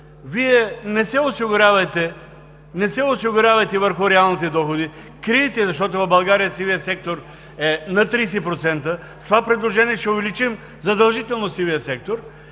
Вие не се осигурявайте върху реалните доходи, крийте, защото в България сивият сектор е над 30%. С това предложение ще увеличим задължително сивия сектор.